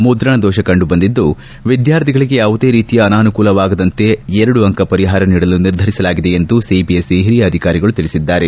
ಮುದ್ರಣ ದೋಷ ಕಂಡುಬಂದಿದ್ದು ವಿದ್ಯಾರ್ಥಿಗಳಿಗೆ ಯಾವುದೇ ರೀತಿಯ ಅನಾನೂಕೂಲವಾಗದಂತೆ ಎರಡು ಅಂಕ ಪರಿಹಾರ ನೀಡಲು ನಿರ್ಧರಿಸಲಾಗಿದೆ ಎಂದು ಸಿಬಿಎಸ್ ಸಿ ಹಿರಿಯ ಅಧಿಕಾರಿಗಳು ತಿಳಿಸಿದ್ದಾರೆ